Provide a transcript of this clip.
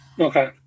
okay